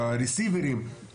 רסיברים.